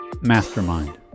mastermind